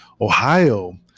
Ohio